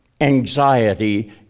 anxiety